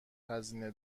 هزینه